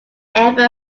ever